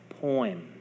poem